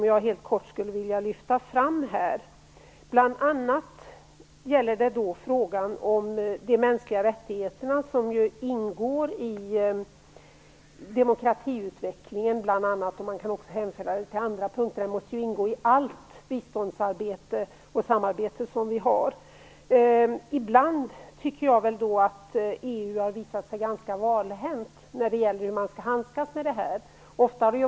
Jag skulle vilja lyfta fram ett par tre punkter. Det gäller bl.a. frågan om de mänskliga rättigheterna, som ju ingår i demokratiutvecklingen. Man kan också hänföra den till andra punkter. Den måste ju ingå i allt biståndsarbete och samarbete. Jag tycker att EU ibland visar sig ganska valhänt när det gäller hur man skall handskas med detta.